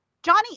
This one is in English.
Johnny